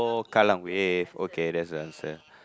Kallang-Wave okay that's the answer